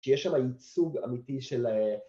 ‫שיש שם ייצוג אמיתי של...